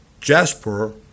jasper